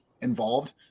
involved